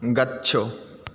गच्छ